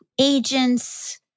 agents